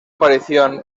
aparición